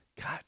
God